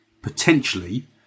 potentially